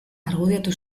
argudiatu